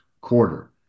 quarter